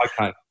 Okay